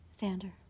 Xander